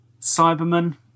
Cyberman